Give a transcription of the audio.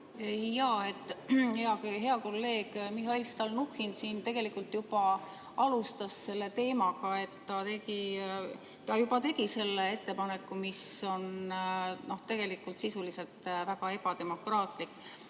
olla? Hea kolleeg Mihhail Stalnuhhin siin tegelikult juba alustas selle teemaga. Ta juba tegi selle ettepaneku, mis on tegelikult sisuliselt väga ebademokraatlik.